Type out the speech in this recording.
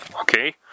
okay